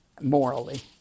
morally